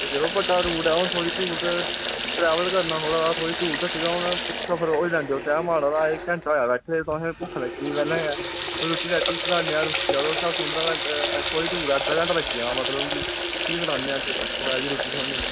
ओह् यरो बड्डा रूट ऐ थोह्ड़ी दूर ट्रेवल करना हून थोह्ड़ी दूर तगर ते थोह्ड़ा होई लैन देओ टाईम ऐहीं घैंटा होया बैठे दे ते भुक्ख लग्गी गेई पैह्लें गै रुट्टी बनाने आं रुकी जाओ दस्स पंदरां मिंट थोह्ड़ी दूर ऐ अद्धा घैंटा लग्गी जाना मतलब की रुट्टी बनान्ने आं थोह्ड़े चिर च थ्होनी